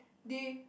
they